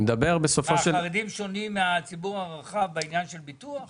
החרדים שונים מהציבור הרחב בעניין של ביטוח?